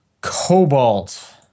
Cobalt